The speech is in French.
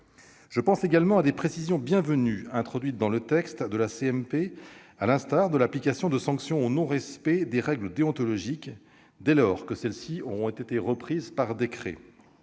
Je pense également à des précisions bienvenues introduites dans le texte de la commission mixte paritaire, à l'instar de l'application de sanctions pour non-respect des règles déontologiques, dès lors que celles-ci auront été reprises par décret,